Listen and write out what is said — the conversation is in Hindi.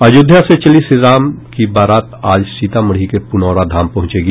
अयोध्या से चली श्रीराम की बारात आज सीतामढ़ी के पुनौरा धाम पहुंचेगी